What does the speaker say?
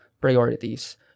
priorities